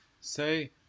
Say